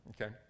Okay